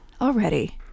already